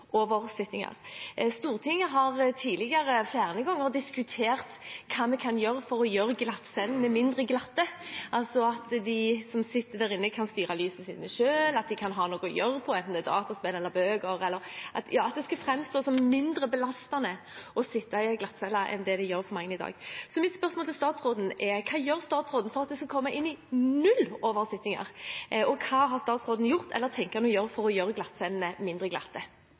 Stortinget har flere ganger tidligere diskutert hva vi kan gjøre for å gjøre glattcellene mindre glatte, altså at de som sitter der inne, kan styre lysene sine selv, at de kan ha noe å gjøre, enten det er dataspill eller bøker – at det skal framstå som mindre belastende å sitte i en glattcelle enn det det gjør for mange i dag. Så mitt spørsmål til statsråden er: Hva gjør statsråden for at det skal komme ned i null oversittinger, og hva har gjort statsråden gjort – eller tenker å gjøre – for å gjøre glattcellene mindre glatte?